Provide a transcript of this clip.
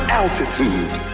altitude